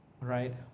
right